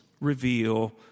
reveal